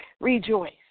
Rejoice